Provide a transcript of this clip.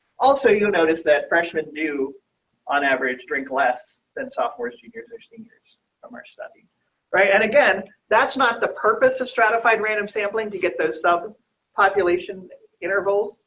also, you notice that freshmen new on average drink less than sophomores, juniors or seniors from our study right. and again, that's not the purpose of stratified random sampling to get those sub population intervals,